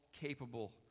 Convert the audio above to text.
capable